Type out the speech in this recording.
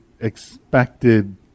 expected